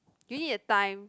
do you need a time